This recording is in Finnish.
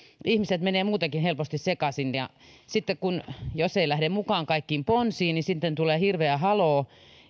ihmiset menevät muutenkin helposti sekaisin sitten jos ei lähde mukaan kaikkiin ponsiin niin sitten tulee hirveä haloo